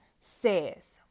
says